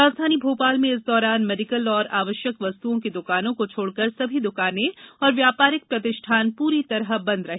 राजधानी भोपाल में इस दौरान मेडिकल और आवश्यक वस्तुओं की दुकानों को छोड़कर सभी दुकानें और व्यापारिक प्रतिष्ठान पुरी तरह बंद रहे